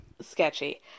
Sketchy